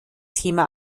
thema